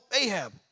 Ahab